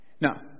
Now